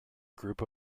group